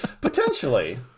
Potentially